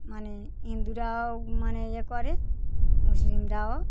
মানে ইন্দুরাও মানে ইয়ে করে মুসলিমরাও